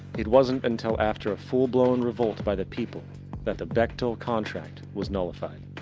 it wasn't until after full-blown revolt by the people that the bechtel-contract was nullified.